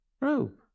robe